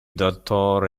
dottor